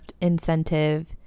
incentive